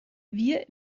wir